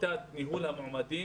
שיטת ניהול המועמדים.